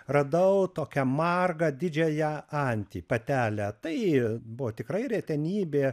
radau tokią margą didžiąją antį patelę tai buvo tikrai retenybė